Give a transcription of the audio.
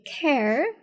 care